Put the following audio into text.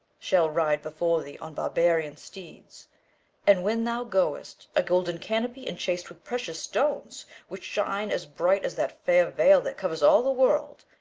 shall ride before thee on barbarian steeds and, when thou goest, a golden canopy enchas'd with precious stones, which shine as bright as that fair veil that covers all the world,